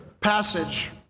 passage